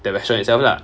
the restaurant itself lah